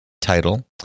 title